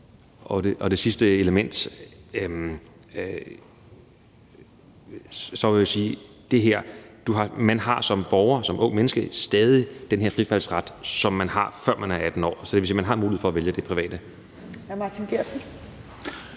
Til det sidste element vil jeg sige, at man som borger, som ungt menneske, stadig har den her fritvalgsgaranti, som man har, før man er 18 år. Så det vil sige, at man har mulighed for at vælge det private.